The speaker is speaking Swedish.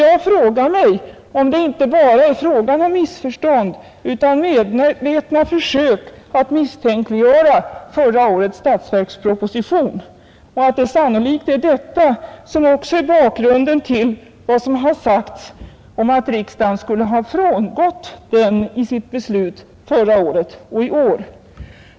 Jag frågar mig därför om det bara är missförstånd eller om det är medvetna försök att misstänkliggöra förra årets statsverksproposition och om detta också är bakgrunden till vad som har sagts om att riksdagen skulle ha frångått denna i sina beslut förra året och i år.